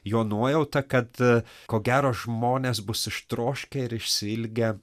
jo nuojauta kad ko gero žmonės bus ištroškę ir išsiilgę